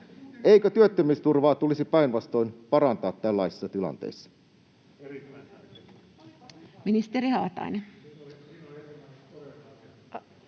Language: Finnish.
Eikö työttömyysturvaa tulisi päinvastoin parantaa tällaisissa tilanteissa? [Paavo